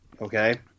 Okay